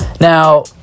Now